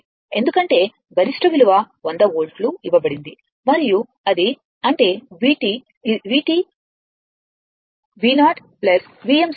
ఎందుకంటే గరిష్ట విలువ 100 వోల్ట్లు ఇవ్వబడింది మరియు అది అంటే vt V0 Vm sin ω t